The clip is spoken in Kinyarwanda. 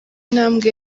intambwe